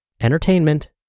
entertainment